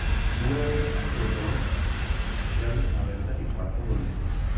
ಮೂರನೇ ಅಕ್ಟೋಬರ್ ಎರಡು ಸಾವಿರದ ಇಪ್ಪತ್ತ ಒಂದು